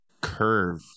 curve